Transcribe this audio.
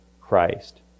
Christ